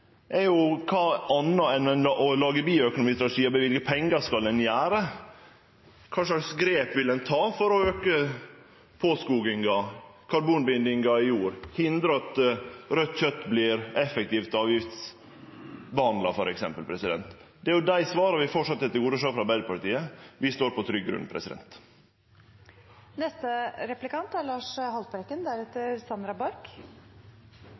kva anna enn å lage bioøkonomistrategiar og å løyve pengar skal ein gjere? Kva slags grep vil ein ta for å auke påskoginga, karbonbindingar i jord, hindre at raudt kjøt vert effektivt avgiftsbehandla, f.eks.? Det er jo dei svara vi framleis etterspør frå Arbeidarpartiet. Vi står på trygg grunn. Vi hører representanten Dale snakke om kostnadseffektiv klimapolitikk. Da er